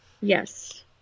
Yes